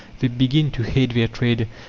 they begin to hate their trade,